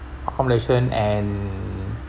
accommodation and